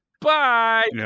Bye